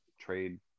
trade